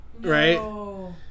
Right